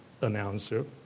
announcer